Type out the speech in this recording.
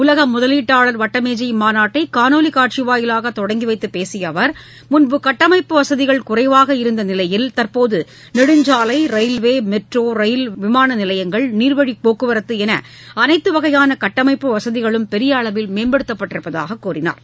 உலக முதலீட்டாளர் வட்ட மேஜை மாநாட்டை காணொலி காட்சி வாயிலாக தொடங்கி வைத்து பேசிய அவர் முன்பு கட்டமைப்பு வசதிகள் குறைவாக இருந்த நிலையில் தற்போது நெடுஞ்சாலை ரயில்வே மெட்ரோ ரயில் விமான நிலையங்கள் நீர்வழிப் போக்குவரத்து என அனைத்து வகையான கட்டமைப்பு வசதிகளும் பெரிய அளவில் மேம்படுத்தப்பட்டிருப்பதாக கூறினார்